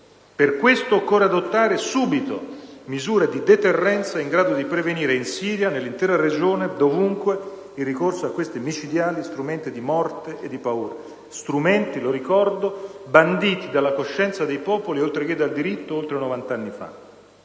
Per questo, occorre adottare subito misure di deterrenza in grado di prevenire in Siria, nell'intera regione e dovunque il ricorso a questi micidiali strumenti di morte e paura. Questi strumenti, lo ricordo, sono stati banditi dalla coscienza dei popoli, oltre che dal diritto, oltre novant'anni fa.